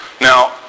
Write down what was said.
Now